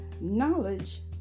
Knowledge